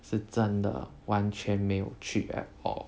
是真的完全没有去 at all